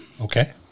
Okay